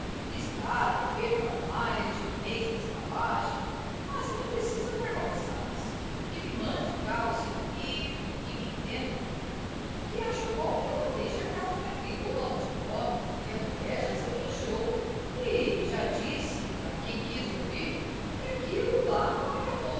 que está a dever para mais de mês na estalagem mas que não precisa dar cabeçadas que me mande cá o senhorio que me entendo com ele que acho bom que ela deixe a casa da crioula onde come porque a mulher já se queixou e já disse a quem quis ouvir que aquilo lá não era